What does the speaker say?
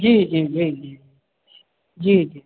जी जी जी जी जी जी